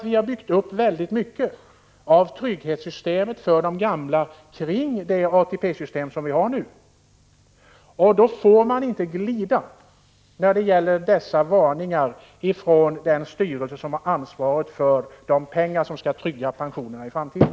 Vi har byggt upp väldigt mycket av trygghetssystemet för de gamla kring det ATP-system som finns. Då får man inte glida undan när det gäller dessa varningar från den styrelse som har ansvaret för de pengar som skall trygga pensionerna i framtiden.